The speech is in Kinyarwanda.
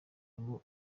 ngo